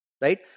right